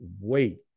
wait